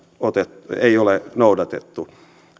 ole noudatettu